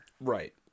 Right